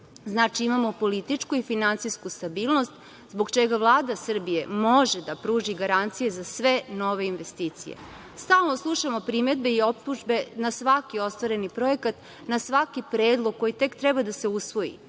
Znači, imamo političku i finansijsku stabilnost, zbog čega Vlada Srbije može da pruži garancije za sve nove investicije. Stalno slušamo primedbe i optužbe na svaki ostvareni projekat, na svaki predlog koji tek treba da se usvoji